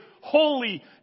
holy